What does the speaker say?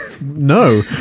no